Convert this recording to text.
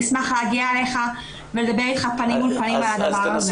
נשמח להגיע אליך ולדבר אתך פנים מול פנים על הנושא הזה.